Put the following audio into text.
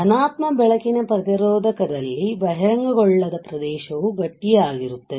ಧನಾತ್ಮಕ ಬೆಳಕಿನ ಪ್ರತಿರೋಧಕದಲ್ಲಿ ಬಹಿರಂಗಗೊಳ್ಳದ ಪ್ರದೇಶವು ಗಟ್ಟಿಯಾಗಿರುತ್ತದೆ